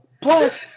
Plus